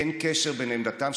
אין קשר בין עמדתם,